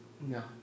No